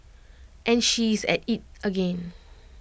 and she is at IT again